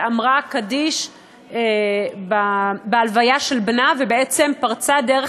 שאמרה קדיש בהלוויה של בנה ובעצם פרצה דרך